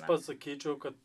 pasakyčiau kad